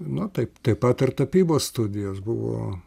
nu taip taip pat ir tapybos studijos buvo